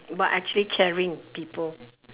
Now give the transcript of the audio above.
but actually caring people